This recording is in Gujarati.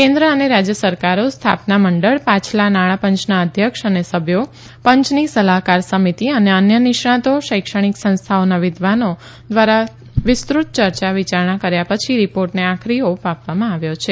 કેન્દ્ર અને રાજ્ય સરકારો સ્થાપના મંડળ પાછલા નાણાપંચના અધ્યક્ષ અને સભ્યો પંચની સલાહકાર સમિતિ અને અન્ય નિષ્ણાતો શૈક્ષણિક સંસ્થાઓના વિદ્વાનો દ્વારા વિસ્તૃત ચર્ચા વિચારણા કર્યા પછી રીપોર્ટને આખરી ઓપ આપવામાં આવ્યા છે